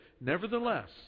Nevertheless